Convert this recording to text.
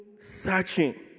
searching